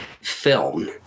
film